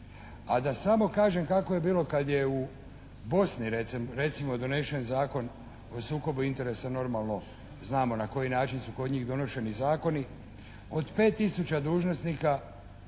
A da samo kažem kako je bilo kad je u Bosni recimo donesen Zakon o sukobu interesa. Normalno znamo na koji način su kod njih donošeni zakoni. Od 5 tisuća dužnosnika